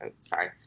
sorry